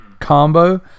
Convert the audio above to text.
combo